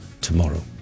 tomorrow